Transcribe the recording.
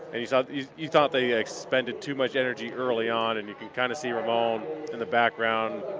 and you thought you thought they expended too much energy early on and you could kind of see ramon in the background,